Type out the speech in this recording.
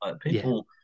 People